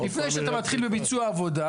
לפני שאתה מתחיל בביצוע עבודה,